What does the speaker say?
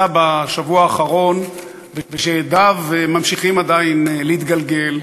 בשבוע האחרון ושהדיו ממשיכים עדיין להתגלגל,